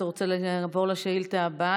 אתה רוצה לעבור לשאילתה הבאה,